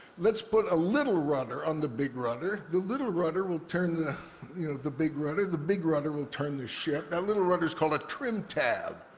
let's put a little rudder on the big rudder. the little rudder will turn the you know the big rudder. the big rudder will turn the ship. that ah little rudder's called a trim tab.